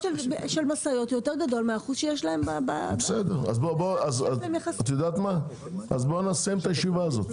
של משאיות יותר גדול- -- אז נסיים את הישיבה הזאת.